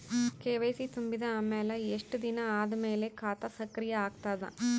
KYC ತುಂಬಿದ ಅಮೆಲ ಎಷ್ಟ ದಿನ ಆದ ಮೇಲ ಖಾತಾ ಸಕ್ರಿಯ ಅಗತದ?